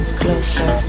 closer